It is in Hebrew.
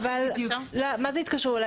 מה זה התקשרו אליי?